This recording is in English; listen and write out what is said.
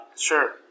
Sure